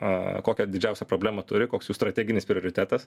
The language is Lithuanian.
a kokią didžiausią problemą turi koks jų strateginis prioritetas